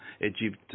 Egypt